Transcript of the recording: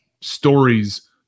stories